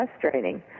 frustrating